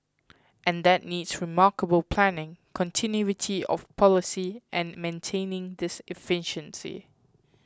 and that needs remarkable planning continuity of policy and maintaining this efficiency